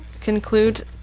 conclude